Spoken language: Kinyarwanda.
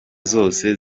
zose